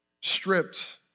stripped